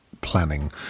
planning